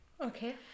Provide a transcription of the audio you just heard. Okay